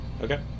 Okay